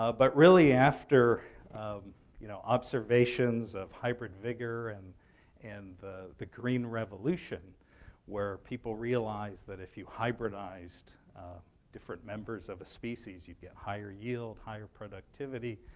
ah but really, after you know observations of hybrid vigor and and the the green revolution where people realize that if you hybridized different members of a species, you'd get higher yield, higher productivity,